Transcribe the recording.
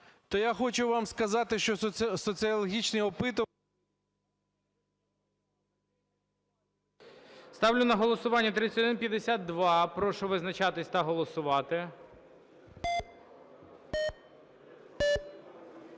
то я хочу вам сказати, що соціологічні опитування… ГОЛОВУЮЧИЙ. Ставлю на голосування 3152. Прошу визначатись та голосувати.